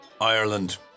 Ireland